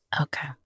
Okay